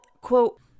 quote